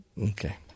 Okay